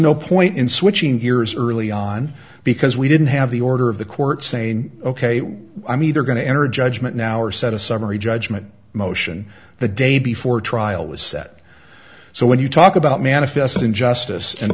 no point in switching gears early on because we didn't have the order of the court saying ok i'm either going to enter judgment now or set a summary judgment motion the day before trial was set so when you talk about manifesting justice